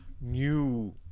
new